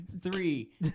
three